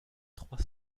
trois